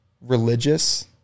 religious